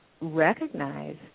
recognize